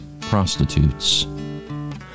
prostitutes